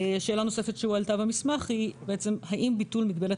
שאלה נוספת שהועלתה במסמך היא האם ביטול מגבלת